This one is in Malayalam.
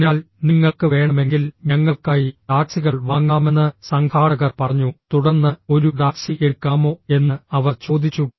അതിനാൽ നിങ്ങൾക്ക് വേണമെങ്കിൽ ഞങ്ങൾക്കായി ടാക്സികൾ വാങ്ങാമെന്ന് സംഘാടകർ പറഞ്ഞു തുടർന്ന് ഒരു ടാക്സി എടുക്കാമോ എന്ന് അവർ ചോദിച്ചു